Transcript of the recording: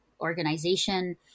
organization